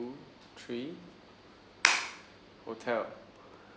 two three hotel